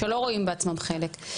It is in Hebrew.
שלא רואים בעצמם חלק.